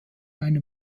einem